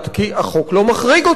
כי החוק לא מחריג אותם.